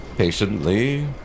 patiently